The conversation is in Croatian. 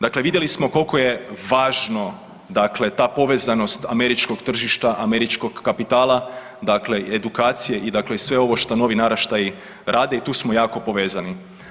Dakle, vidjeli smo koliko je važno dakle ta povezanost američkog tržišta, američkog kapitala, dakle i edukacije i dakle i sve ovo što novi naraštaji rade i tu smo jako povezani.